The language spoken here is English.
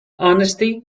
honesty